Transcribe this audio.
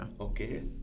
okay